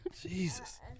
Jesus